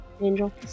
angel